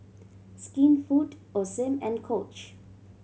Skinfood Osim and Coach